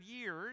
years